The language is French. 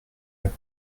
eux